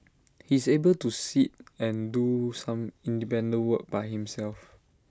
he's able to sit and do some independent work by himself